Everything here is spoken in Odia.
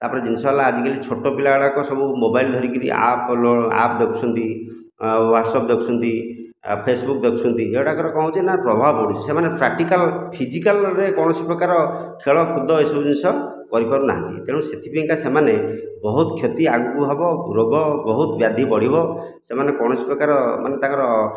ତାପରେ ଜିନିଷ ହେଲା ଆଜିକାଲି ଛୋଟ ପିଲାଗୁଡ଼ାକ ସବୁ ମୋବାଇଲ୍ ଧରିକରି ଆପ୍ ଲୋ ଆପ୍ ଦେଖୁଛନ୍ତି ଆଉ ହ୍ୱାଟ୍ସଅପ୍ ଦେଖୁଛନ୍ତି ଆଉ ଫେସବୁକ୍ ଦେଖୁଛନ୍ତି ଏଗୁଡ଼ାକରେ କ'ଣ ହେଉଛି ନା ପ୍ରଭାବ ପଡ଼ୁଛି ସେମାନେ ପ୍ରାକ୍ଟିକାଲ୍ ଫିଜିକାଲରେ କୌଣସି ପ୍ରକାର ଖେଳକୁଦ ଏସବୁ ଜିନିଷ କରିପାରୁନାହାନ୍ତି ତେଣୁ ସେଥିପାଇଁକା ସେମାନେ ବହୁତ କ୍ଷତି ଆଗକୁ ହେବ ରୋଗ ବହୁତ ବ୍ୟାଧୀ ବଢ଼ିବ ସେମାନେ କୌଣସି ପ୍ରକାର ମାନେ ତାଙ୍କର